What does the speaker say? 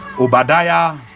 Obadiah